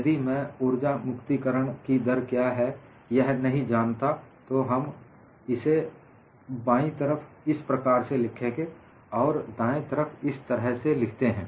यदि मैं ऊर्जा मुक्ति करण की दर क्या है यह नहीं जानता तो हम इसे बाई तरफ इस प्रकार से लिखेंगे और दाएं तरफ इस तरह से लिखते हैं